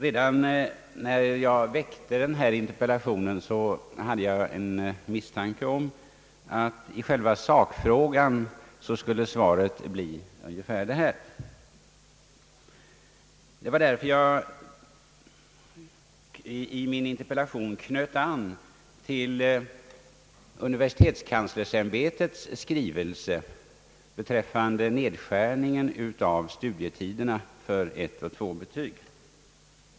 Redan när jag väckte interpellationen hade jag en misstanke om att i själva sakfrågan skulle svaret bli ungefär det som jag nu fått. Det var därför som jag i min interpellation knöt an = till - universitetskanslersämbetets skrivelse beträffande nedskärningen av studietiderna för ett och två betyg.